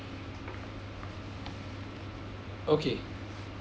okay